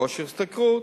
כושר השתכרות,